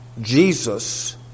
Jesus